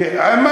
אין חברים.